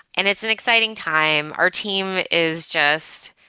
and it's an exciting time. our team is just,